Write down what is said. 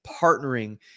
partnering